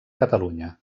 catalunya